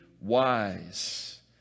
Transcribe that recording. wise